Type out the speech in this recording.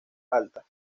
alta